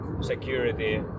security